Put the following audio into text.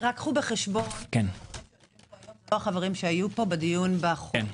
קחו בחשבון שהחברים שיושבים פה היום לא אלה שהיו בדיון בחוק.